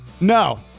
No